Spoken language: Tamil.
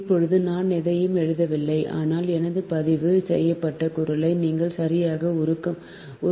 இப்போது நான் எதையும் எழுதவில்லை ஆனால் எனது பதிவு செய்யப்பட்ட குரலை நீங்கள் சரியாக உருவாக்க முடியும்